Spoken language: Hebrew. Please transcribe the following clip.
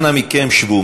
אנא מכם, שבו.